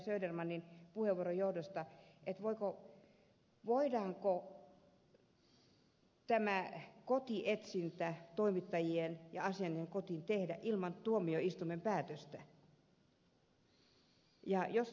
södermanin puheenvuoron johdosta voidaanko tämä kotietsintä toimittajien ja asianajajien kotiin tehdä ilman tuomioistuimen päätöstä